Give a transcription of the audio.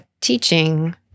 teaching